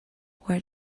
where